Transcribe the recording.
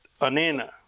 anena